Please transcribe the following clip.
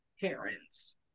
parents